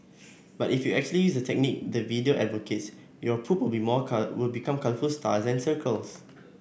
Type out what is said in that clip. but if you actually use the technique the video advocates your poop will be more will become colourful stars and circles